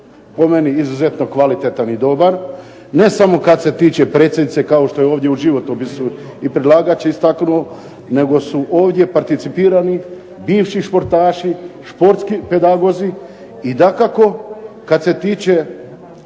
po meni izuzetno kvalitetan i dobar ne samo kad se tiče predsjednice kao što je ovdje u životopisu i predlagač istaknuo, nego su ovdje participirani bivši športaši, športski pedagozi i dakako kad se tiče